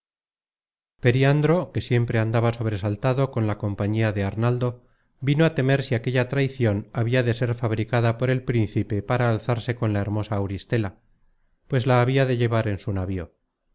periandro que siempre andaba sobresaltado con la compañía de arnaldo vino á temer si aquella traicion habia de ser fabricada por el príncipe para alzarse con la hermosa auristela pues la habia de llevar en su navío